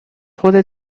خودت